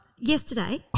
yesterday